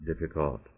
difficult